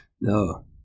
No